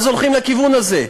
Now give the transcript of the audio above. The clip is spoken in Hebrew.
אז הולכים לכיוון הזה.